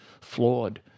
flawed